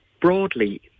broadly